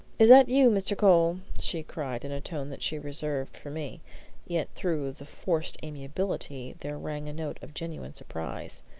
is that you, mr. cole? she cried in a tone that she reserved for me yet through the forced amiability there rang a note of genuine surprise.